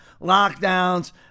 lockdowns